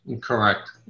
Correct